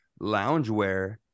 loungewear